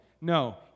No